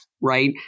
right